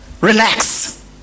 relax